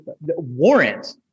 warrant